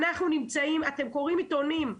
אתם קוראים עיתונים,